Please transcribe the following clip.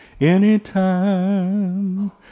anytime